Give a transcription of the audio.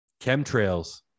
chemtrails